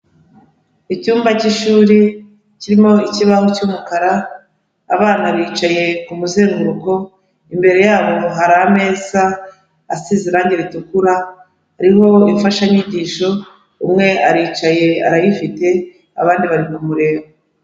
Icyumba cy'ishuri kirimo ikibaho cy'umukara, abana bicaye ku muzenguruko, imbere yabo hari ameza asize irangi ritukura, hariho imfashanyigisho, umwe aricaye arayifite abandi bari kumureba.